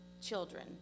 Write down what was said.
children